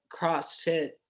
CrossFit